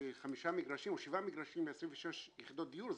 שחמישה מגרשים או שבעה מגרשים ב-26 יחידות דיור.